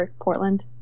Portland